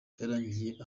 cyarangiye